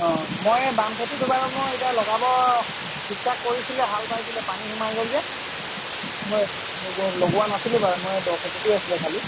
অঁ মই বাম খেতিটো বাৰু মই এতিয়া লগাব ঠিক ঠাক কৰিছিলোঁ হাল বাইছিলোঁ পানী সোমাই গ'ল যে লগোৱা নাছিলোঁ বাৰু আছিলে খালি